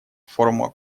форума